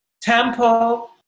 temple